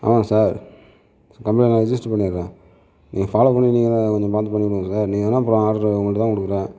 ஆமாம் sir complaint register பண்ணிவிடுறேன் நீங்கள் ஃபாலோ நீங்கள் தான் கொஞ்சம் பார்த்து பண்ணி கொடுங்க சார் நீங்கள் தான் அப்புறம் ஆட்ரு உங்கள்ட்டதான் கொடுக்குறோம்